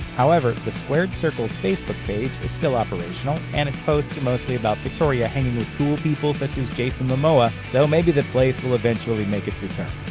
however, the squared circle's facebook page is still operational and its posts are mostly about victoria hanging with cool people such as jason momoa, momoa, so maybe the place will eventually make its return.